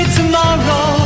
tomorrow